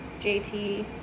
JT